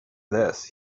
this